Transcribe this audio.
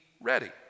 ready